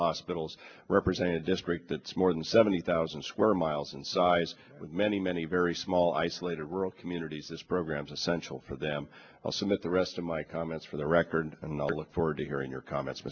hospitals represent a district that's more than seventy thousand square miles in size with many many very small isolated rural communities this programs essential for them also with the rest of my comments for the record and i'll look forward to hearing your comments